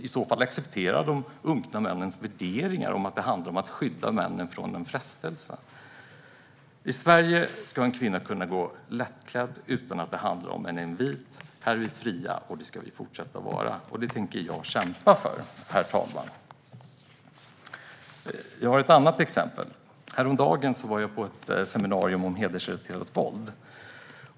I så fall accepterar man männens unkna värderingar om att det handlar om att skydda männen från en frestelse. I Sverige ska en kvinna kunna gå lättklädd utan att det handlar om en invit. Här är vi fria, och det ska vi fortsätta att vara. Det tänker jag kämpa för, herr talman! Häromdagen var jag på ett seminarium om hedersrelaterat våld.